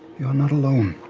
you're not alone.